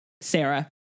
Sarah